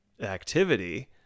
activity